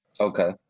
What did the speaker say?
Okay